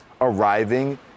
arriving